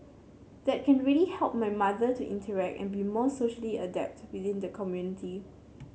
that can really help my mother to interact and be more socially adept within the community